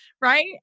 right